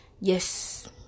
Yes